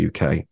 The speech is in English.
UK